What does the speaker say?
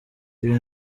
ibi